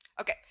Okay